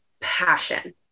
passion